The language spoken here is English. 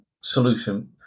solution